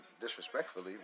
disrespectfully